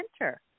enter